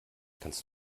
kannst